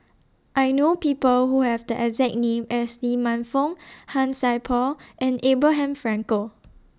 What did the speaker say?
I know People Who Have The exact name as Lee Man Fong Han Sai Por and Abraham Frankel